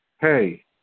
Hey